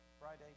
Friday